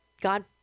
God